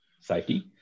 safety